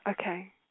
okay